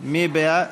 מי בעד?